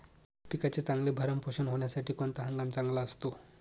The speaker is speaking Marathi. पिकाचे चांगले भरण पोषण होण्यासाठी कोणता हंगाम चांगला असतो?